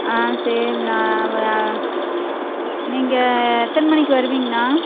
ஆ சரிண்ணா நீங்கள் எத்தனை மணிக்கு வருவீங்கண்ணா